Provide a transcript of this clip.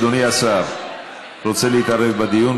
אדוני השר, רוצה להתערב בדיון?